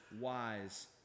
wise